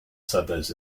suburbs